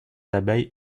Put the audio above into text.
abeilles